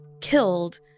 killed